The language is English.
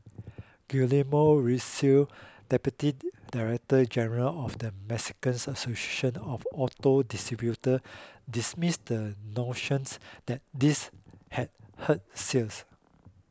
Guillermo Rosales Deputy Director General of the Mexican Association of auto distributor dismissed the notions that this had hurt sales